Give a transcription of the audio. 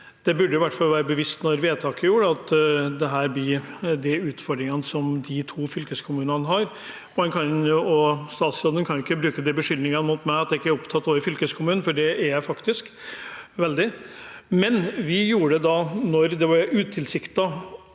hvert fall være bevisst når vedtaket gjorde at dette blir de utfordringene som de to fylkeskommunene har, og statsråden kan ikke bruke de beskyldningene mot meg at jeg ikke er opptatt av fylkeskommunen, for det er jeg faktisk – veldig. Men når det var utilsiktede